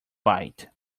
bite